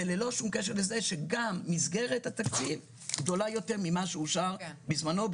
זה ללא שום קשר לזה שגם מסגרת התקציב גדולה יותר ממה שאושר בזמנו,